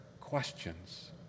questions